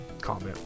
comment